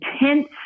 intense